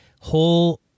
whole